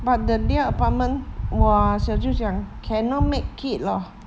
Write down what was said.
but the ria apartment !wah! 小舅讲 cannot make it lah